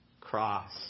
cross